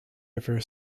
river